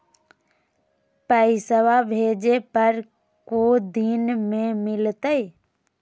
पैसवा भेजे पर को दिन मे मिलतय?